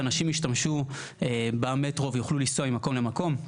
שאנשים ישתמשו במטרו ויוכלו לנסוע ממקום למקום.